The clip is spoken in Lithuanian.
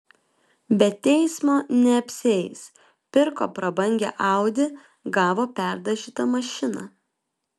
be teismo neapsieis pirko prabangią audi gavo perdažytą mašiną